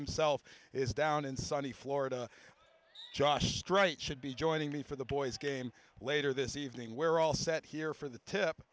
himself is down in sunny florida josh stright should be joining me for the boys game later this evening where all set here for the tip